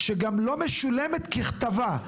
שגם לא משולמת ככתבה.